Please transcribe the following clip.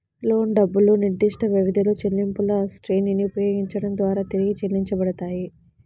లోను డబ్బులు నిర్దిష్టవ్యవధిలో చెల్లింపులశ్రేణిని ఉపయోగించడం ద్వారా తిరిగి చెల్లించబడతాయి